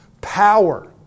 Power